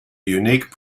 unique